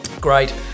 Great